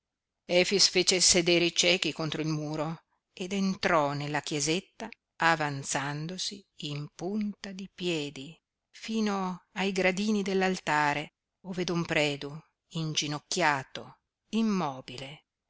fece sedere i ciechi contro il muro ed entrò nella chiesetta avanzandosi in punta di piedi fino ai gradini dell'altare ove don predu inginocchiato immobile